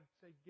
say